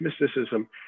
Mysticism